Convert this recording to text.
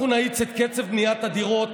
אנחנו נאיץ את קצב בניית הדירות.